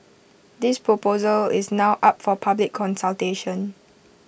this proposal is now up for public consultation